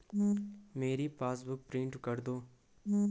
मेरी passbook print कर दो